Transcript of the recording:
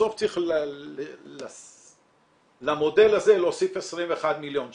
צריך להוסיף למודל הזה 21 מיליון שקל.